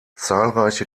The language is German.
zahlreiche